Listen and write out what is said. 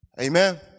amen